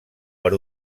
per